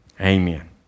Amen